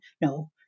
No